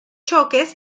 choques